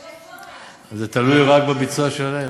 זה תלוי רק בביצוע שלהם.